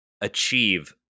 achieve